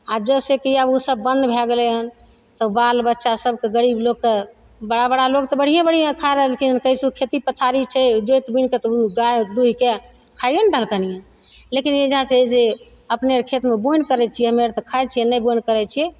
आओर जैसे कि आब उ सब बन्द भए गेलय हन तब बाल बच्चा सबके गरीब लोगके बड़ा बड़ा लोग तऽ बढियें बढियें खा रहलखिन कैसहुँ खेती पथारी छै जोति बुनि कऽ तऽ उ गाय दुहिके खाइये ने रहलखिन यऽ लेकिन एजाँ छै जे अपने अर खेतमे बोइन करय छियै हमे अर तऽ खाइ छियै नहि बोइन करय छियै